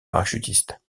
parachutiste